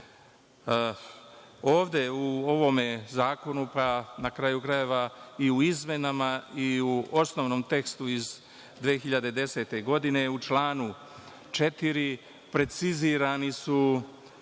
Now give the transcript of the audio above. u ovom zakonu, na kraju krajeva i u izmenama i u osnovnom tekstu iz 2010. godine u članu 4. precizirani su